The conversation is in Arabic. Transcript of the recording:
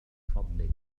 فضلك